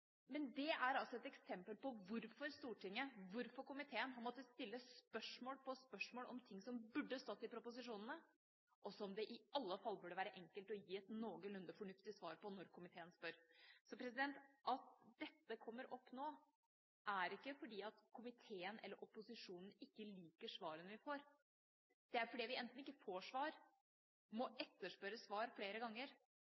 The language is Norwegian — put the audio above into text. er altså et eksempel på hvorfor Stortinget, hvorfor komiteen, har måttet stille spørsmål på spørsmål om ting som burde ha stått i proposisjonene, og som det i alle fall burde være enkelt å gi et noenlunde fornuftig svar på når komiteen spør. Så at dette kommer opp nå, er ikke fordi komiteen, eller opposisjonen, ikke liker svarene vi får. Det er fordi vi enten ikke får svar, at vi må